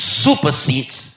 supersedes